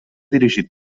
dirigit